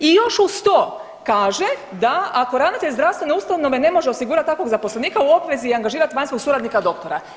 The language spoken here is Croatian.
I još uz to kaže da, ako ravnatelj zdravstvene ustanove ne može osigurati takvog zaposlenika u obvezi je angažirati vanjskog suradnika doktora.